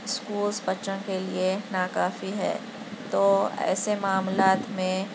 schools بچوں کے لیے ناکافی ہے تو ایسے معاملات میں